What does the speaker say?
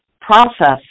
process